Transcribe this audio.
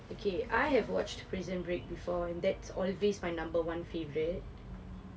okay I have watched prison break before and that's always my number one favourite